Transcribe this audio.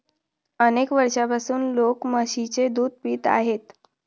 अनेक वर्षांपासून लोक म्हशीचे दूध पित आहेत